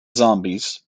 zombies